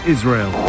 Israel